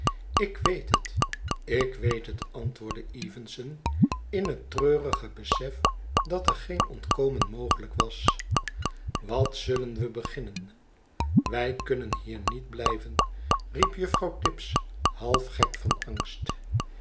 ik weet het ik weet het antwoordde evenson in het treurige besef dat er geen ontkomen mogelijk was wat zullen we beginnen wij kunnen hier niet blijven riep juffrouw tibbs half gek van angst